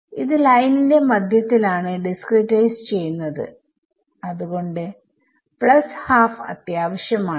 ഇത് ലൈനിന്റെ മധ്യത്തിൽ ആണ് ഡിസ്ക്രിടൈസ് ചെയ്യുന്നത് അത് കൊണ്ട് പ്ലസ് ഹാഫ് അത്യാവശ്യം ആണ്